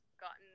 gotten